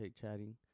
chatting